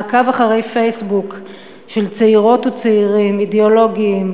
מעקב אחרי פייסבוק של צעירות וצעירים אידיאולוגיים,